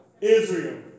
Israel